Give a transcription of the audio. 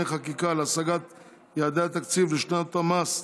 חקיקה להשגת יעדי התקציב לשנות התקציב